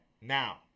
Now